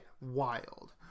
wild